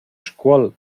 scuol